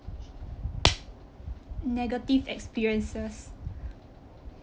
negative experiences